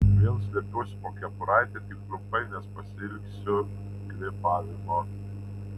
vėl slepiuosi po kepuraite tik trumpai nes pasiilgsiu kvėpavimo